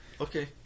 Okay